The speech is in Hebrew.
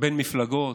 בין מפלגות,